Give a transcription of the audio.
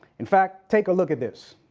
in fact, take a look at this.